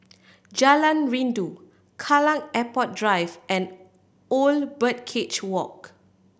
Jalan Rindu Kallang Airport Drive and Old Birdcage Walk